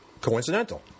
coincidental